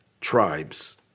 tribes